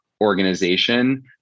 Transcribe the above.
organization